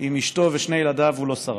עם אשתו ושני ילדיו, את זה הוא לא שרד.